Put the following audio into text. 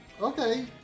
Okay